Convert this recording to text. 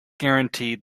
guaranteed